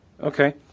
Okay